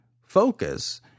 focus